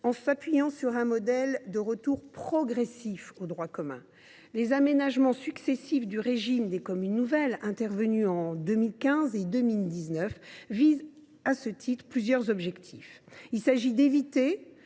en s’appuyant sur un modèle de retour progressif au droit commun. Les aménagements successifs du régime des communes nouvelles, intervenus en 2015 et en 2019, visent à ce titre plusieurs objectifs : premièrement,